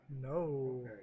No